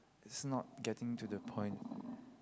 is not getting to the point